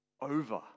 over